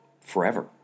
forever